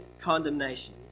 condemnation